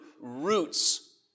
roots